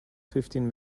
fifteen